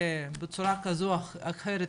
שבצורה כזו או אחרת,